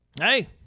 Hey